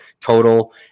total